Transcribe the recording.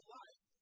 life